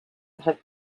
have